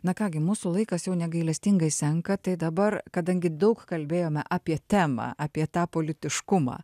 na ką gi mūsų laikas jau negailestingai senka tai dabar kadangi daug kalbėjome apie temą apie tą politiškumą